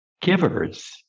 givers